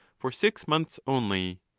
for six months only.